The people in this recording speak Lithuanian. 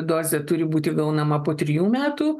dozė turi būti gaunama po trijų metų